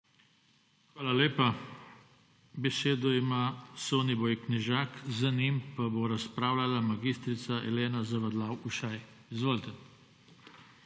Hvala lepa. Besedo ima Soniboj Knežak, za njim pa bo razpravljala mag. Elena Zavadlav Ušaj. Izvolite. **SONIBOJ